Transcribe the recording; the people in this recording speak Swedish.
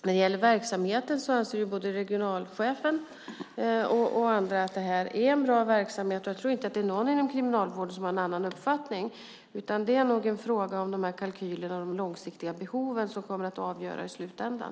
När det gäller verksamheten anser både regionalchefen och andra att detta är en bra verksamhet. Jag tror inte att det är någon inom Kriminalvården som har en annan uppfattning. Det är nog kalkylerna och de långsiktiga behoven som kommer att avgöra det hela i slutändan.